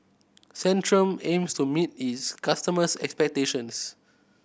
Centrum aims to meet its customers' expectations